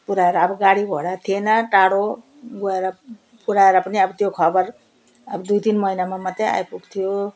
पुर्याएर अब गाडीघोडा थिएन टाढो गएर पुर्याएर पनि अब त्यो खबर अब दुई तिन महिनामा मात्रै आइपुग्थ्यो